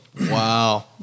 Wow